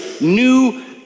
new